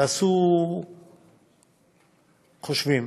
תעשו חושבים